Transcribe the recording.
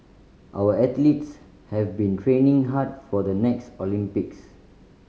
our athletes have been training hard for the next Olympics